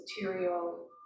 material